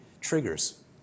triggers